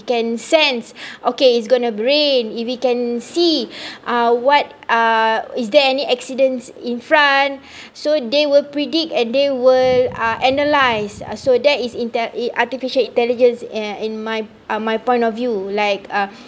we can sense okay is going to rain if we can see uh what uh is there any accidents in front so they will predict and they will uh analyse so that is arti~ artificial intelligence in my uh my point of view like uh